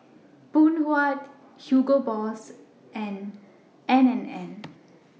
Phoon Huat Hugo Boss and N and N